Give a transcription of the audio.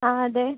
ആ അതെ